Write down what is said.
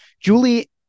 Julie